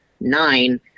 nine